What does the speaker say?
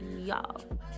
y'all